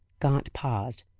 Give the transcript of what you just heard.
gaunt paused.